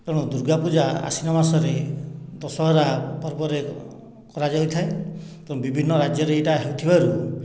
ତେଣୁ ଦୂର୍ଗାପୂଜା ଆଶ୍ୱିନ ମାସରେ ଦଶହରା ପର୍ବରେ କରାଯାଇଥାଏ ତେଣୁ ବିଭିନ୍ନ ରାଜ୍ୟରେ ଏଇଟା ହୋଇଥିବାରୁ